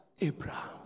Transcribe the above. Abraham